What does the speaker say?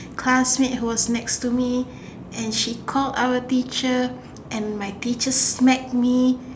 classmate who was next to me and she called our teacher and my teacher smacked me